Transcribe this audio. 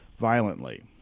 violently